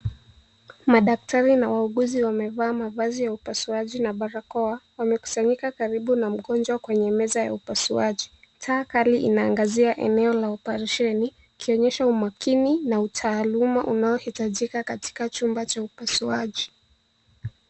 Madaktari na wauguzi wamevaa mavazi ya upasuaji na barakoa, wamekusanyika karibu na mgonjwa kwenye meza ya uasuaji. Taa kali inaangazia kwenye eneo la operesheni ikionyesha umakini na utaaluma unaohitajika katika chumba cha upasuaji.